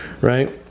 right